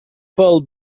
pèl